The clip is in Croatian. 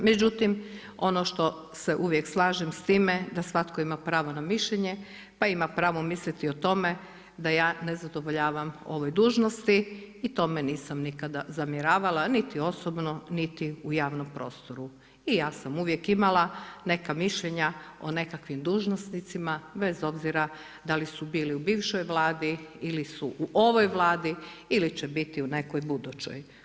Međutim, ono što se uvijek slažem s time da svatko ima pravo na mišljenje, pa ima pravo misliti o tome da ja ne zadovoljavam ovoj dužnosti i tome nisam nikada zamjeravala niti osobno, niti u javnom prostoru i ja sam uvijek imala neka mišljenja o nekakvim dužnosnicima bez obzira da li su bili u bivšoj Vladi ili su u ovoj Vladi ili će biti u nekoj budućoj.